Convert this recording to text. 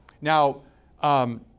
Now